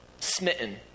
smitten